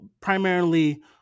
primarily